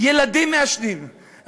ילדים מעשנים.